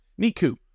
Niku